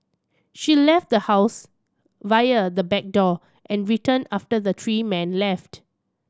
she left the house via the back door and returned after the three men left